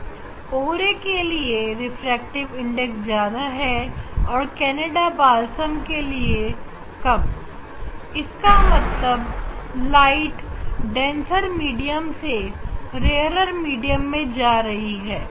इस यंत्र में O ray के लिए रिफ्रैक्टिव इंडेक्स ज्यादा है और कनाडा बालसम के लिए कम इसका मतलब लाइट डेंसर मीडियम से रेयर मीडियम में जा रही है